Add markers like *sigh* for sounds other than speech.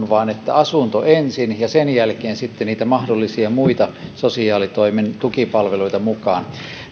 *unintelligible* vaan asunto ensin ja sen jälkeen sitten niitä mahdollisia muita sosiaalitoimen tukipalveluita mukaan